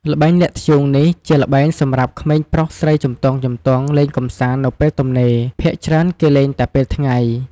ល្បែងលាក់ធ្យូងនេះ ជាល្បែងសម្រាប់ក្មេងប្រុសស្រីជំទង់ៗលេងកំសាន្តនៅពេលទំនេរ ភាគច្រើនគេលេងតែពេលថ្ងៃ។